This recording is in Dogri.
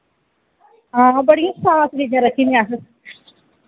हां बड़ियां साफ चीजां रक्खी दियां अस